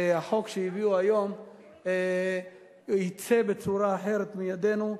והחוק שהביאו היום יצא בצורה אחרת מידינו,